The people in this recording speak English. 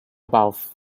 above